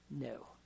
No